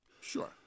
Sure